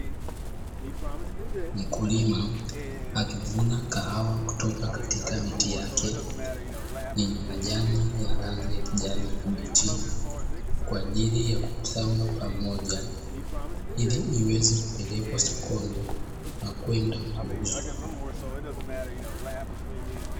Mkulima akivuna kahawa kutoka katika miti yake yenye majani ya rangi ya kijani kibichi, kwa ajili ya kukusanywa pamoja ili iweze kupelekwa sokoni na kwenda kuuzwa.